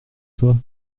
toi